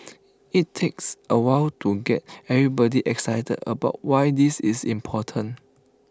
IT takes A while to get everybody excited about why this is important